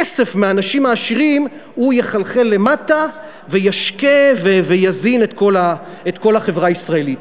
הכסף מהאנשים העשירים יחלחל למטה וישקה ויזין את כל החברה הישראלית.